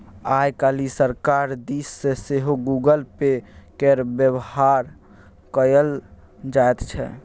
आय काल्हि सरकार दिस सँ सेहो गूगल पे केर बेबहार कएल जाइत छै